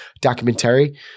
Documentary